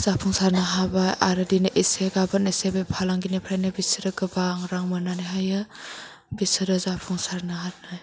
जाफुंसारनो हाबाय आरो दिनै एसे गाबोन एसे बे फालांगिनिफ्राइनो बिसोरो गोबां रां मोनानै हायो बिसोरो जाफुंसारनो हानाय